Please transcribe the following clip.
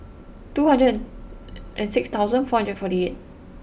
two hundred and six thousand four hundred and forty eight